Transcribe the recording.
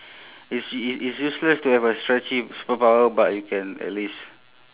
it's it's it's useless to have a stretchy superpower but you can at least